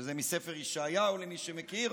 שזה מספר ישעיהו, למי שמכיר,